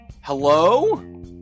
Hello